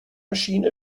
machine